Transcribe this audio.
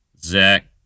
Zach